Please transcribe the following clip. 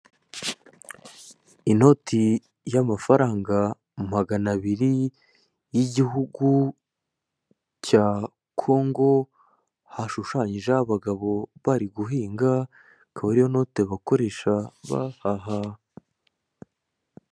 Inoti y'amafaranga magana abiri y'igihugu cya Congo hashushanyijeho abagabo bari guhinga, akaba ariyo note bakoresha bahaha.